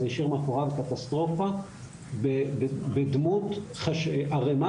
זה השאיר מאחוריו קטסטרופה בדמות ערימה